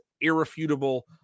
irrefutable